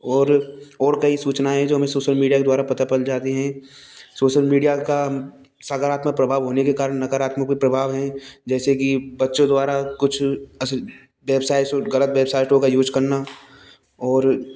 और और कई सूचनाएँ है जो हमें सोशल मीडिया द्वारा पता चल जाती है सोशल मीडिया का सकारात्मक प्रभाव होने के कारण नकारात्मक प्रभाव है जैसे कि बच्चों द्वारा कुछ वेबसाइट गलत वेबसाइटों का यूज करना और